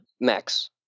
Max